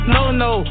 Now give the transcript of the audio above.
No-no